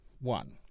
One